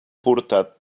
portat